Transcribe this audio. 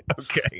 Okay